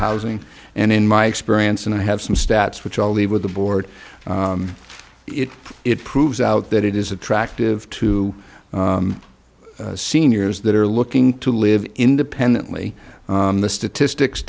housing and in my experience and i have some stats which i'll leave with the board if it proves out that it is attractive to seniors that are looking to live independently the statistics